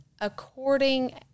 according